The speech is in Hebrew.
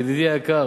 ידידי היקר,